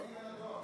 לא מהדואר,